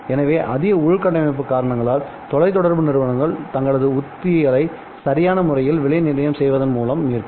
எனவே அதிக உள்கட்டமைப்பு காரணங்களால் தொலைதொடர்பு நிறுவனங்கள் தங்களது உத்திகளை சரியான முறையில் விலை நிர்ணயம் செய்வதன் மூலம் மீட்கும்